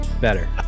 Better